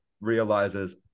realizes